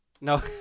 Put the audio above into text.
No